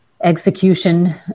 execution